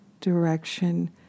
direction